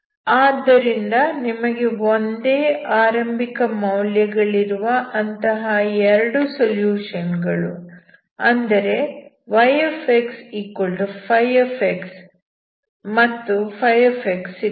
ಆದ್ದರಿಂದ ನಿಮಗೆ ಒಂದೇ ಆರಂಭಿಕ ಮೌಲ್ಯಗಳಿರುವ ಅಂತಹ 2 ಸೊಲ್ಯೂಷನ್ ಗಳು ಅಂದರೆ yx ಮತ್ತು φ ಸಿಗುತ್ತವೆ